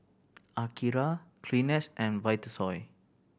Akira Kleenex and Vitasoy